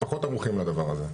פחות ערוכים לדבר הזה.